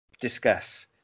discuss